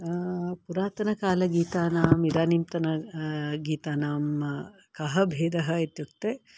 पुरातनकालगीतानाम् इदानींतन गीतानां कः भेदः इत्युक्ते